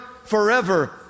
forever